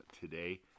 today